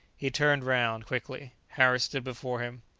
he turned round quickly. harris stood before him.